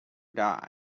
die